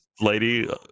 lady